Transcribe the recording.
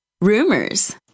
rumors